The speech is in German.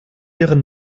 ihren